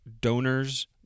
donors